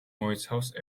მოიცავს